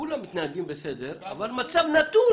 שכולם מתנהגים בסדר אבל מצב נתון